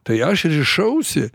tai aš rišausi